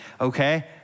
Okay